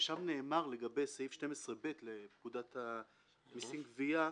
ושם נאמר לגבי סעיף 12ב לפקודת המסים (גבייה),